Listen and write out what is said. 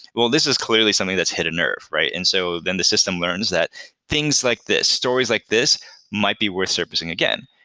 well, this is clearly something that's hit a nerve, right? and so then the system learns that things like this, stories like this might be worth surfacing again.